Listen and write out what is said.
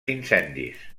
incendis